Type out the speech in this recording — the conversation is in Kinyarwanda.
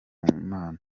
mana